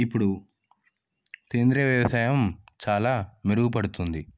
ఇప్పుడు సేంద్రీయ వ్యవసాయం చాలా మెరుగుపడుతుంది